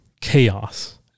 chaos